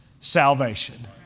salvation